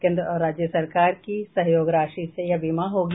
केन्द्र और राज्य सरकार की सहयोग राशि से यह बीमा होगी